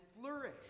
flourish